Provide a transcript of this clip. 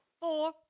Four